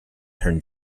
turn